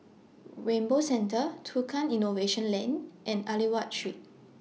Rainbow Centre Tukang Innovation Lane and Aliwal Street